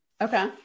Okay